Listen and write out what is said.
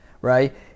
right